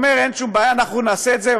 אומרת: אין שום בעיה, אנחנו נעשה את זה.